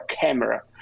camera